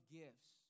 gifts